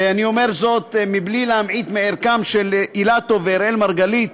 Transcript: ואני אומר זאת בלי להמעיט בערכם של אילטוב ואראל מרגלית,